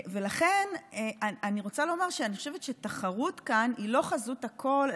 ולכן אני רוצה לומר שאני חושבת שתחרות כאן היא לא חזות הכול,